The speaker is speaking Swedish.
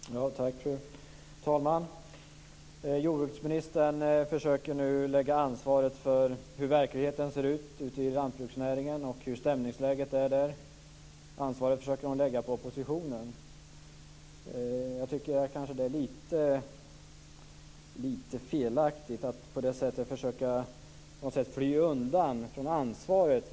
Fru talman! Jordbruksministern försöker lägga ansvaret för hur verkligheten ser ut i jordbruksnäringen och för hur stämningsläget är på oppositionen. Jag tycker att det är fel att på det sättet försöka fly undan sitt ansvar.